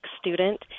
student